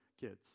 kids